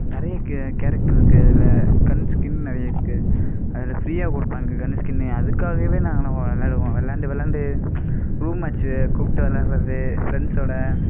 நிறைய கேரக்ட்ரு இருக்கு அதில் கன் ஸ்கின் நிறைய இருக்கு அதில் ஃப்ரீயாக கொடுப்பாங்க கன் ஸ்கின்னு அதுக்காகவே நாங்களாம் விளாடுவோம் விளாண்டு விளாண்டு ரூம் மேட்ச்சு கூப்பிட்டா விளாட்றது ஃப்ரெண்ட்ஸோடு